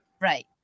right